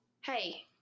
hey